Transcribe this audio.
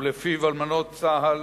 ולפיו אלמנות צה"ל